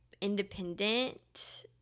independent